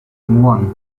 one